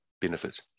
benefit